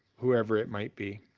whoever it might be.